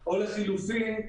או לחילופין,